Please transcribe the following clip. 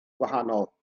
gwahanol